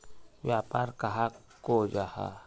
व्यापार कहाक को जाहा?